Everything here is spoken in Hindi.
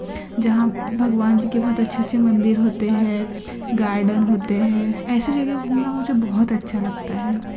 जहाँ भगवान जी के बहुत अच्छे अच्छे मंदिर होते हैं गार्डन होते हैं ऐसी जगह घूमना मुझे बहुत अच्छा लगता है